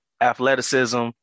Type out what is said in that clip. athleticism